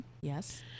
Yes